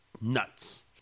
Nuts